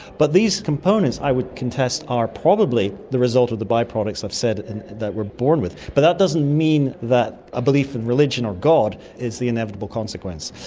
but these components i would contest are probably the result of the bi-products i've said and that we're born with. but that doesn't mean that a belief in religion or god is the inevitable consequence.